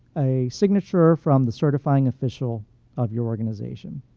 a signature from the certifying official of your organization.